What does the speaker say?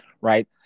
right